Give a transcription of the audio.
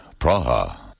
Praha